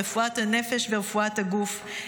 רפואת הנפש ורפואת הגוף.